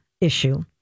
issue